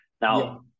Now